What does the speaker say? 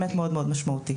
העולים.